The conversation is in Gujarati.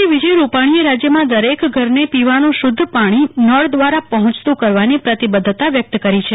મુખ્યમંત્રી વિજય રૂપાણીએ રાજ્યમાં દરેક ઘરને પીવાનું શુદ્ધ પાણી નળ દ્વારા પહોંચતું કરવાની પ્રતિબદ્ધતા વ્યક્ત કરી છે